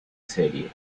serie